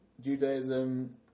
Judaism